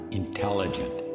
intelligent